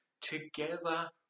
together